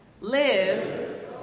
Live